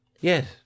Yes